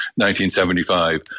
1975